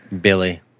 Billy